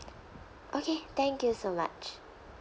okay thank you so much